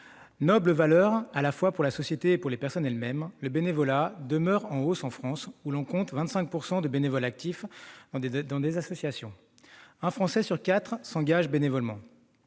noble valeur à la fois pour la société et pour les personnes elles-mêmes, le bénévolat demeure en hausse en France, où l'on compte 25 % de bénévoles actifs dans des associations. Un français sur quatre s'engage bénévolement.